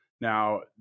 Now